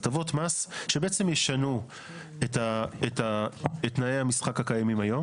הטבות מס שבעצם ישנו את תנאי המשחק הקיימים היום